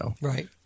Right